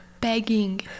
begging